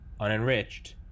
unenriched